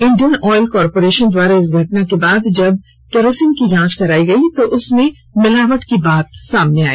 Indian oil corporation द्वारा इस घटना के बाद जब किरोसिन की जांच कराई गई तो उसमें मिलावट की बात सामने आई